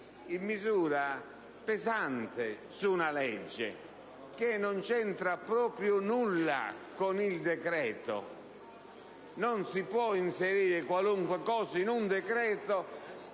in misura pesante su una legge che non c'entra proprio nulla con il decreto. Non si può inserire qualunque cosa in un decreto‑legge